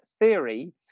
theory